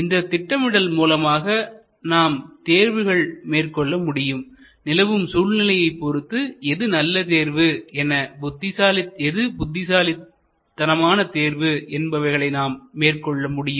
இந்த திட்டமிடல் மூலமாக நாம் தேர்வுகள் மேற்கொள்ள முடியும்நிலவும் சூழ்நிலையைப் பொருத்து எது நல்ல தேர்வு எது புத்திசாலித்தனமான தேர்வு என்பவைகளை நாம் மேற்கொள்ள முடியும்